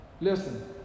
Listen